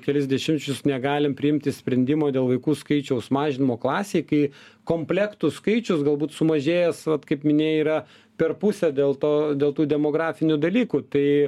kelis dešimtmečius negalim priimti sprendimo dėl vaikų skaičiaus mažinimo klasėj kai komplektų skaičius galbūt sumažėjęs vat kaip minėjai yra per pusę dėl to dėl tų demografinių dalykų tai